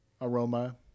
aroma